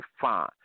fine